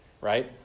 right